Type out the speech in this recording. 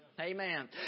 Amen